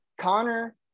Connor